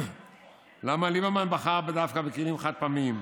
למה ליברמן בחר דווקא בכלים חד-פעמיים?